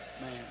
man